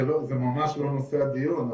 זה ממש לא נושא הדיון,